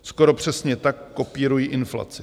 Skoro přesně tak kopírují inflaci.